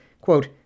quote